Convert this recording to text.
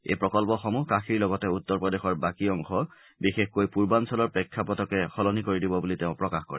এই প্ৰকল্পসমূহ কাশীৰ লগতে উত্তৰ প্ৰদেশৰ বাকী অংশ বিশেষকৈ পূৰ্বাঞ্চলৰ প্ৰেক্ষাপটে সলনি কৰি দিব বুলি তেওঁ প্ৰকাশ কৰে